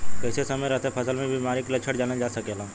कइसे समय रहते फसल में बिमारी के लक्षण जानल जा सकेला?